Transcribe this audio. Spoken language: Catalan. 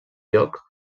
lloc